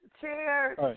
Cheers